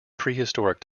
prehistoric